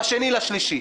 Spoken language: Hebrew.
ב-2.3.